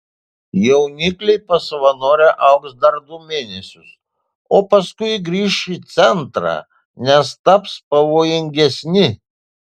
jaunikliai pas savanorę augs dar du mėnesius o paskui grįš į centrą nes taps pavojingesni